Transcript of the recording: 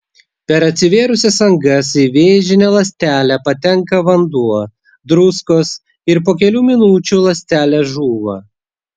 per atsivėrusias angas į vėžinę ląstelę patenka vanduo druskos ir po kelių minučių ląstelė žūva